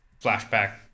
flashback